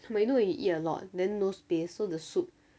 you know when you eat lot then no space so the soup